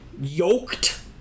yoked